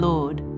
Lord